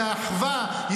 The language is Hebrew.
את האחווה.